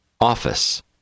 Office